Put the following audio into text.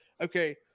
okay